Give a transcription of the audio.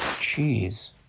cheese